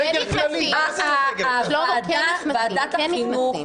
--- ועדת החינוך,